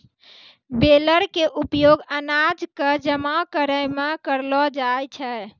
baler के उपयोग अनाज कॅ जमा करै मॅ करलो जाय छै